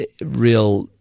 real